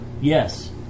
Yes